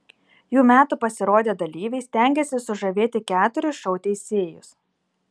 jų metų pasirodę dalyviai stengėsi sužavėti keturis šou teisėjus